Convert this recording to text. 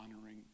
honoring